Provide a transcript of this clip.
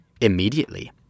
immediately